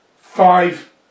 five